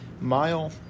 mile